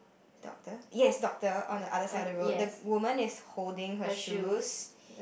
doctor yes doctor on the other side of the road the woman is holding her shoes